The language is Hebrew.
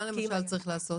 מה למשל צריך לעשות?